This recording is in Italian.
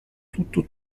tutto